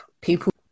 people